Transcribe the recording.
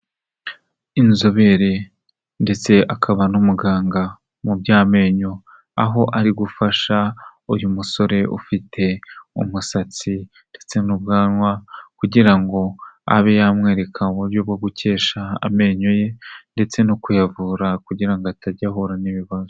Inzobere ndetse akaba n'umuganga mu by'amenyo, aho ari gufasha uyu musore ufite umusatsi ndetse n'ubwanwa, kugira ngo abe yamwereka uburyo bwo gukesha amenyo ye ndetse no kuyavura kugira atajya ahura n'ibibazo.